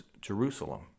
Jerusalem